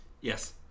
Yes